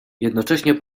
jednocześnie